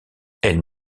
elle